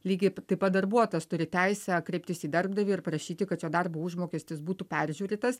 lygiai taip pat darbuotojas turi teisę kreiptis į darbdavį ir prašyti kad jo darbo užmokestis būtų peržiūrėtas